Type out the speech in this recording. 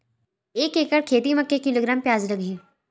एक एकड़ खेती म के किलोग्राम प्याज लग ही?